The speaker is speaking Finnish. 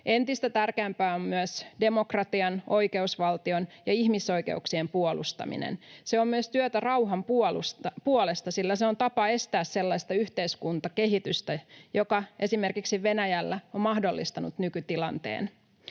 Entistä tärkeämpää on myös demokratian, oikeusvaltion ja ihmisoikeuksien puolustaminen. Se on myös työtä rauhan puolesta, sillä se on tapa estää sellaista yhteiskuntakehitystä, joka esimerkiksi Venäjällä on mahdollistanut nykytilanteen.